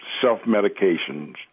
self-medications